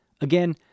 Again